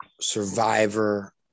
survivor